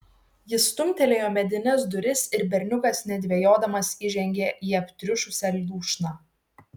jis stumtelėjo medines duris ir berniukas nedvejodamas įžengė į aptriušusią lūšną